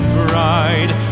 bride